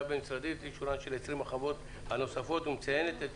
הבין-משרדית לאישורן של 20 החוות הנוספות ומציינת את